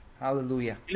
Hallelujah